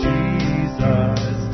Jesus